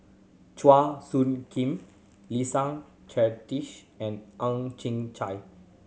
Chua Soo Khim Leslie Charteris and Ang Chin Chai